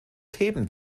theben